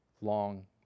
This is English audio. long